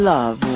Love